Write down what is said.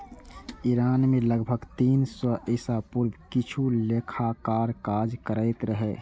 Iran मे लगभग तीन सय ईसा पूर्व किछु लेखाकार काज करैत रहै